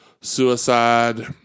Suicide